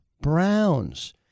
Browns